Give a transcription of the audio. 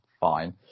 fine